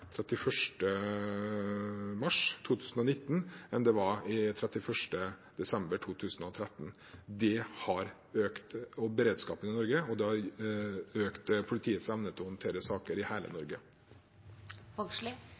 mars 2019 enn det var 31. desember 2013. Det har økt beredskapen i Norge, og det har økt politiets evne til å håndtere saker i hele